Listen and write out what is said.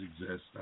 exist